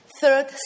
Third